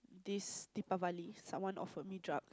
this Deepavali someone offered me drug